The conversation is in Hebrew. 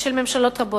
ושל ממשלות רבות,